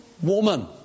Woman